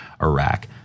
Iraq